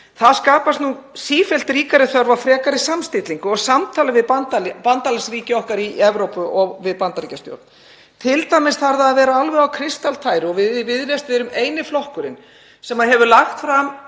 Það skapast nú sífellt ríkari þörf á frekari samstillingu og samtali við bandalagsríki okkar í Evrópu og við Bandaríkjastjórn. Til dæmis þarf að vera alveg á kristaltæru — og við í Viðreisn erum eini flokkurinn sem hefur lagt fram